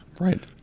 Right